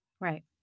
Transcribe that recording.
Right